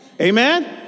Amen